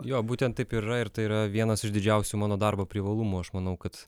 jo būtent taip ir yra ir tai yra vienas iš didžiausių mano darbo privalumų aš manau kad